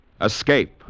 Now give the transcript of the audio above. Escape